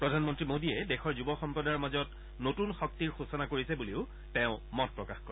প্ৰধানমন্ত্ৰী মোদীয়ে দেশৰ যুৱ সম্প্ৰদায়ৰ মাজত নতুন শক্তিৰ সূচনা কৰিছে বুলিও তেওঁ মত প্ৰকাশ কৰে